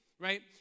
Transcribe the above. right